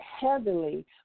heavily